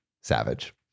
savage